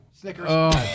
Snickers